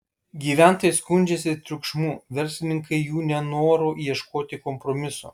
gyventojai skundžiasi triukšmu verslininkai jų nenoru ieškoti kompromiso